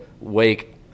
Wake